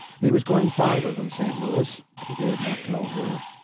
he was going farther than st. louis, but he dared not tell her.